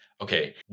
Okay